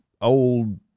old